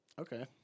Okay